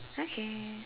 okay